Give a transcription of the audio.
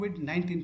COVID-19